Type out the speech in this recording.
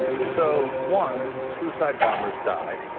so one, suicide bombers die.